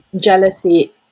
jealousy